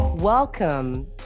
Welcome